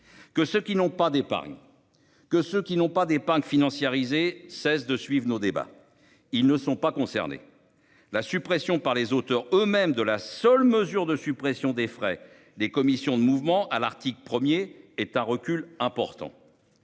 que ceux qui n'ont pas des. Que ceux qui n'ont pas d'épargne financiarisé cessent de suivent nos débats. Ils ne sont pas concernés, la suppression par les auteurs eux-mêmes de la seule mesure de suppression des frais, des commissions de mouvement à l'article 1er État recul important.